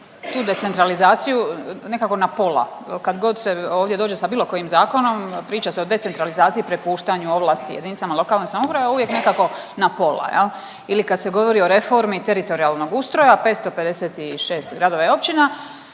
tu decentralizaciju nekako na pola, kad god se ovdje dođe sa bilo kojim zakonom priča se o decentralizaciji, prepuštanju ovlasti jedinicama lokalne samouprave, a uvijek nekako na pola jel ili kad se govori o reformi teritorijalnog ustroja 556 gradova i općina